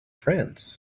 france